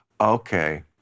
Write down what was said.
okay